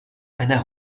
einer